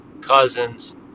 cousins